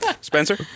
Spencer